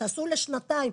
תעשו לשנתיים,